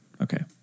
okay